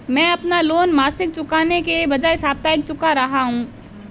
मैं अपना लोन मासिक चुकाने के बजाए साप्ताहिक चुका रहा हूँ